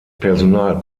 personal